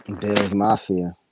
Bills-Mafia